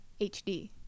hd